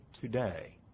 today